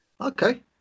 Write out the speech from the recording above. Okay